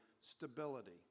stability